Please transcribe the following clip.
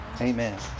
Amen